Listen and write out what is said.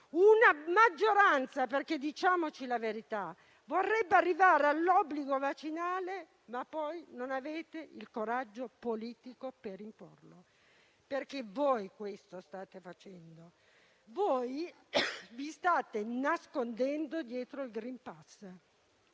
una maggioranza - diciamoci la verità - che vorrebbe arrivare all'obbligo vaccinale, ma poi non ha il coraggio politico per imporlo. Questo state facendo: vi state nascondendo dietro il *green pass*,